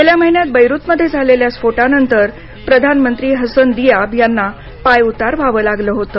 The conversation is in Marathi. गेल्या महिन्यात बैरूत मध्ये झालेल्या स्फोटानंतर प्रधानमंत्री हसन दियाब यांना पायउतार व्हावं लागलं होतं